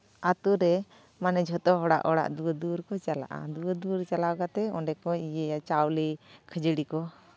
ᱟᱹᱛᱩᱨᱮ ᱢᱟᱱᱮ ᱡᱷᱚᱛᱚ ᱦᱚᱲᱟᱜ ᱚᱲᱟᱜ ᱫᱩᱣᱟᱹᱨᱼᱫᱩᱣᱟᱹᱨ ᱠᱚ ᱪᱟᱞᱟᱜᱼᱟ ᱫᱩᱣᱟᱹᱨᱼᱫᱩᱣᱟᱹᱨ ᱪᱟᱞᱟᱣ ᱠᱟᱛᱮᱫ ᱚᱸᱰᱮ ᱠᱚ ᱤᱭᱟᱹᱭᱟ ᱪᱟᱣᱞᱮ ᱠᱷᱟᱹᱡᱟᱹᱲᱤ ᱠᱚ